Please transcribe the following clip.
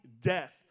death